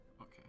Okay